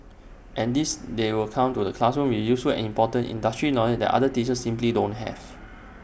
and this they will come to the classroom with useful and important industry knowledge that other teachers simply don't have